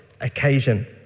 occasion